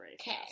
Okay